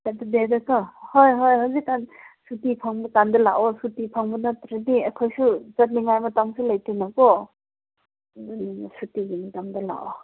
ꯁꯇꯔꯗꯦꯗꯀꯣ ꯍꯣꯏ ꯍꯣꯏ ꯍꯧꯖꯤꯛꯀꯥꯟ ꯁꯨꯇꯤ ꯐꯪꯕꯀꯥꯟꯗ ꯂꯥꯛꯑꯣ ꯁꯨꯇꯤ ꯐꯪꯕ ꯅꯠꯇ꯭ꯔꯗꯤ ꯑꯩꯈꯣꯏꯁꯨ ꯆꯠꯅꯤꯡꯉꯥꯏ ꯃꯇꯝꯁꯨ ꯂꯩꯇꯦꯕ ꯀꯣ ꯎꯝ ꯁꯨꯇꯤꯒꯤ ꯃꯇꯝꯗ ꯂꯥꯛꯑꯣ